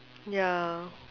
ya